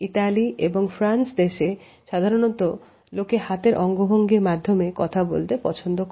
Italy এবং France দেশে সাধারণত লোকে হাতের অঙ্গভঙ্গির মাধ্যমে কথা বলতে পছন্দ করে